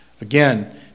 Again